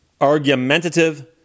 argumentative